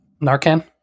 Narcan